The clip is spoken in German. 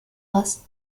was